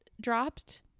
dropped